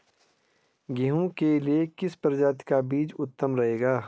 गेहूँ के लिए किस प्रजाति का बीज उत्तम रहेगा?